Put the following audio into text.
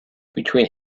between